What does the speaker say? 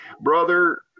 brother